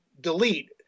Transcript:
delete